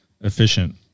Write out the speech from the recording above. efficient